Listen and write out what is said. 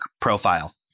profile